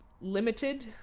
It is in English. limited